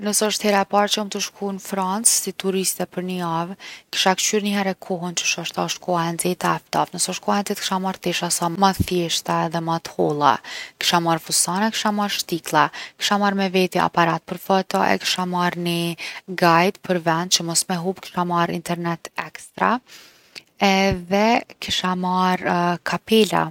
Nëse osht hera e parë që jom tu shku n’francë si turiste për ni javë, kisha kqyr nihere kohën qysh osht, a osht koha e nxehtë a e ftoftë. Nëse osht koha e nxeht’ kisha marrë tesha sa ma t’thjeshta edhe ma t’holla. Kisha marrë fustana, kisha marrë shtiklla. Kisha marrë me veti aparat për foto. E kisha marrë ni guide për ven që mos me hup me hup. Kisha marrë internet ekstra edhe kisha marrë kapela.